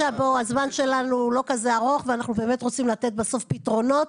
הזמן שלנו לא כזה ארוך ואנחנו באמת רוצים לתת בסוף פתרונות